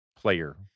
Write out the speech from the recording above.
player